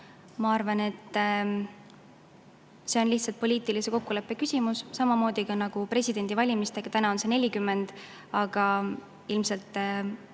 Ma arvan, et see on lihtsalt poliitilise kokkuleppe küsimus, samamoodi nagu presidendivalimistega: täna on see [vanuse